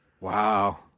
Wow